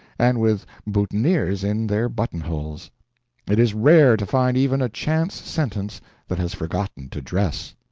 and with boutonnieres in their button-holes it is rare to find even a chance sentence that has forgotten to dress.